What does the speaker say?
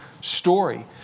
story